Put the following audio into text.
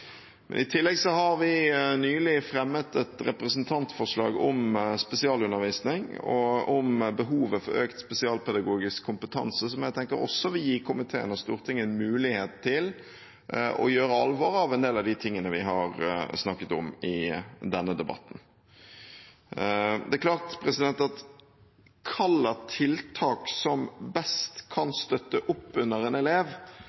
I tillegg har vi nylig fremmet et representantforslag om spesialundervisning, og om behovet for økt spesialpedagogisk kompetanse, som jeg også tenker vil gi komiteen og Stortinget en mulighet til å gjøre alvor av en del av det vi har snakket om i denne debatten. Det er klart at hvilke tiltak som best kan støtte opp under en elev,